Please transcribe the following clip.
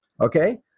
okay